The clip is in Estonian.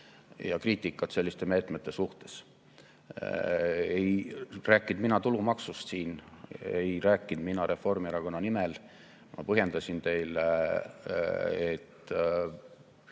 ja kriitikat selliste meetmete suhtes. Ei rääkinud mina siin tulumaksust, ei rääkinud mina ka Reformierakonna nimel mitte. Ma põhjendasin teile,